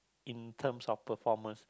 in terms of performance